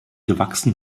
gewachsen